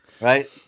right